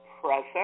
present